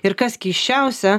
ir kas keisčiausia